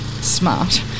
smart